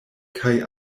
kaj